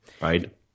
Right